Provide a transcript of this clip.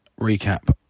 recap